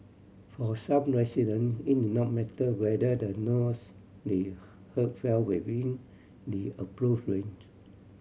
for some resident it did not matter whether the noise they heard fell within the approved range